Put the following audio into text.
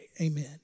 Amen